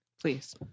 Please